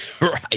Right